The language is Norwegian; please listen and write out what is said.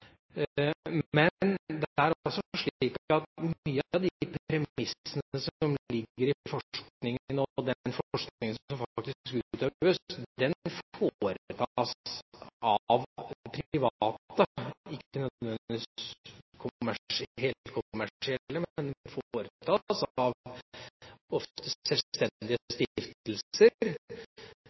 Men det er også slik at mye av de premissene som ligger i den forskningen som faktisk utøves, foretas av private – ikke nødvendigvis av helkommersielle, men den foretas av ofte selvstendige